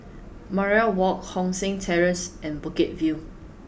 Mariam Walk Hong San Terrace and Bukit View